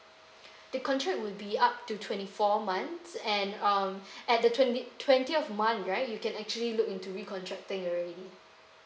the contract will be up to twenty four months and um at the twenty twentieth of month right you can actually look into recontract it already